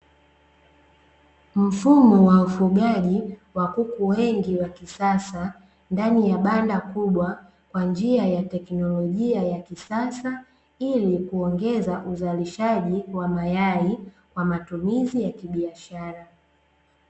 Mfumo wa ufugaji wa kuku wengi wa kisasa ndani ya banda kubwa kwa njia ya teknolojia ya kisasa, ili kuongeza uzalishaji wa mayai kwa matumizi ya kibiashara.